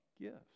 gifts